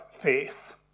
faith